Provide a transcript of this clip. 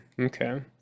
Okay